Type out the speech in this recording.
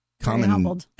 common